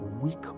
weak